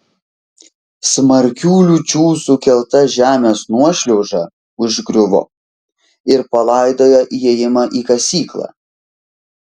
smarkių liūčių sukelta žemės nuošliauža užgriuvo ir palaidojo įėjimą į kasyklą